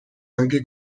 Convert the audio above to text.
anche